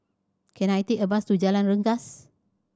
can I take a bus to Jalan Rengas